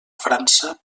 frança